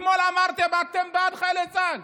אתמול אמרתם שאתם בעד חיילי צה"ל.